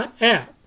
app